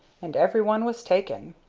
and every one was taken.